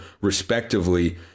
respectively